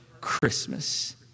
Christmas